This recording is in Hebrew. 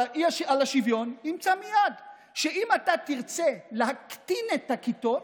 השוויון ימצא מייד שאם אתה תרצה להקטין את הכיתות,